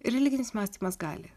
religinis mąstymas gali